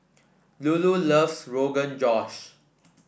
Lulu loves Rogan Josh